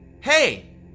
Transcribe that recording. Hey